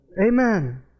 Amen